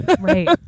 Right